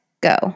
go